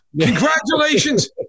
congratulations